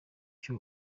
cyo